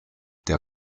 der